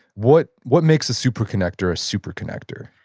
what what makes a super connector a super connector?